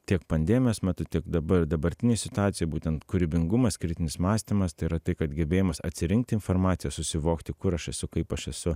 tiek pandemijos metu tiek dabar dabartinėj situacijoj būtent kūrybingumas kritinis mąstymas tai yra tai kad gebėjimas atsirinkti informaciją susivokti kur aš esu kaip aš esu